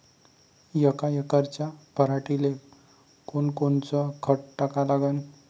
यका एकराच्या पराटीले कोनकोनचं खत टाका लागन?